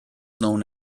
known